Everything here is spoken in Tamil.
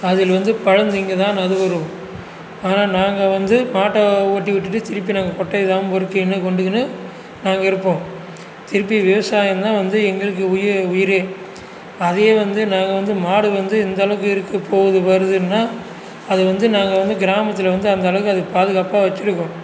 அதில் வந்து பழம் திங்கதான் அது வரும் ஆனால் நாங்கள் வந்து மாட்டை ஓட்டிவிட்டுட்டு திருப்பி நாங்கள் கொட்டையை தான் பொறுக்கின்னு கொண்டுக்கின்னு தான் இருப்போம் திருப்பி விவசாயம் தான் வந்து எங்களுக்கு உயிர் உயிரே அதே வந்து நாங்கள் வந்து மாடு வந்து இந்தளவுக்கு இருக்கற போகுது வருதுன்னா அது வந்து நாங்கள் வந்து கிராமத்தில் வந்து அந்தளவுக்கு அதை பாதுகாப்பாக வச்சுருக்கோம்